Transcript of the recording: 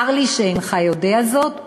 צר לי שאינך יודע זאת.